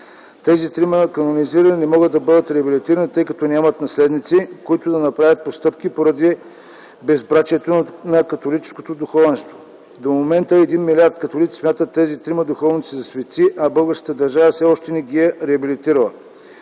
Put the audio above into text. Тези трима канонизирани не могат да бъдат реабилитирани, тъй като нямат наследници, които да направят постъпки, поради безбрачието на католическото духовенство. До момента 1 милиард католици смятат тези трима духовници за светии, а българската държава все още не ги е реабилитирала.